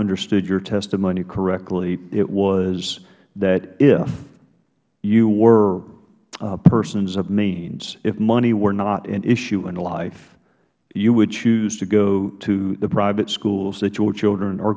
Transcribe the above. understood your testimony correctly it was that if you were persons of means if money were not an issue in life you would choose to go to the private schools that your children are